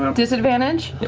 um disadvantage?